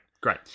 Great